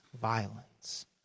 violence